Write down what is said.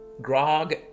Grog